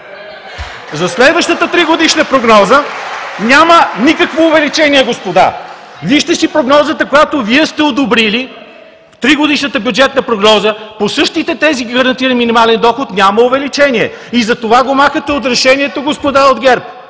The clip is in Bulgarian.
За следващата тригодишна прогноза няма никакво увеличение, господа. Вижте прогнозата, която Вие сте одобрили – тригодишната бюджетна прогноза, по същия този гарантиран минимален доход няма увеличение. Затова го махате от решението, господа от ГЕРБ!